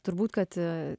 turbūt kad